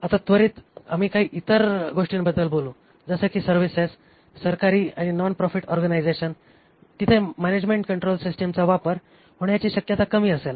आता त्वरित आम्ही इतर गोष्टींबद्दल बोलू जसे की सर्व्हिसेस सरकारी आणि नॉन प्रॉफिट ऑर्गनायझेशन तिथे मानजमेंट कंट्रोल सिस्टीमचा वापर होण्याची शक्यता किती असेल